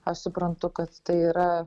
aš suprantu kad tai yra